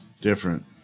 Different